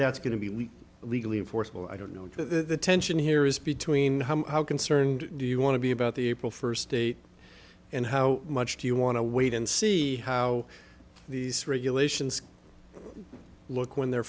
that's going to be legally enforceable i don't know the tension here is between how concerned do you want to be about the april first date and how much do you want to wait and see how these regulations look when they're